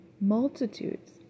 multitudes